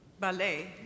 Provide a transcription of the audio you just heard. ballet